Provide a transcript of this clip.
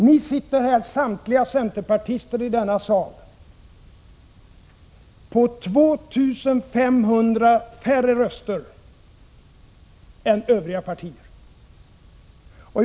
Ni sitter här, samtliga centerpartister i denna sal, på 2 500 färre röster än övriga partier.